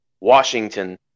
Washington